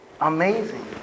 Amazing